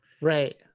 Right